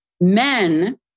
men